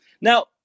Now